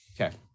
Okay